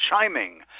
chiming